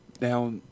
Now